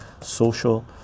social